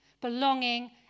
belonging